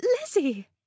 Lizzie